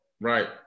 Right